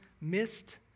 missed